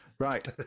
Right